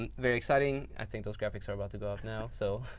um very exciting. i think those graphics are about to go up now. so,